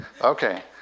okay